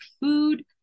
food